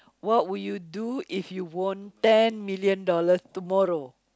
what would you do if you won ten million dollars tomorrow